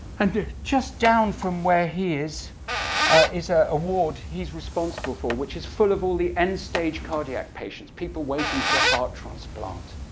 and then just down from where he is is ah a ward he's responsible for, which is full of all the end-stage cardiac patients people waiting for a heart transplant.